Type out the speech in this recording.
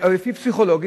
לפי פסיכולוגים,